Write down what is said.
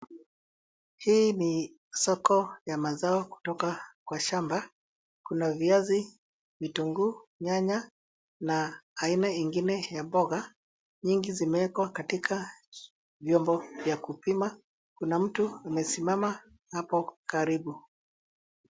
Hii ni soko ya mazao kutoka kwa shamba. Kuna viazi, vitunguu, nyanya na aina ingine ya mboga zimewekwa katika vyombo vya kupima. Kuna mtu amesimama hapo karibu.